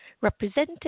represented